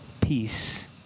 peace